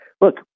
look